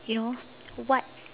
you know what